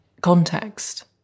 context